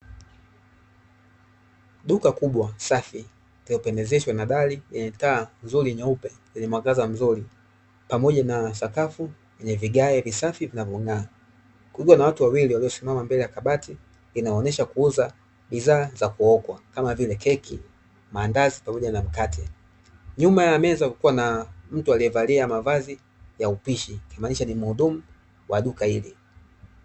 Duka kubwa safi lililopendezeshwa na dari yenye taa nzuri nyeupe zenye mwangaza mzuri, pamoja na sakafu yenye vigae visafi vinavyong'aa. Kukiwa na watu wawili waliosimama mbele ya kabati linaonyesha kuuza bidhaa za kuokwa kama vile: keki, maandazi pamoja na mkate. Nyuma ya meza kukiwa na mtu aliyevalia mavazi ya upishi akimaanisha ni mhudumu wa duka hili.